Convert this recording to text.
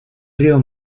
río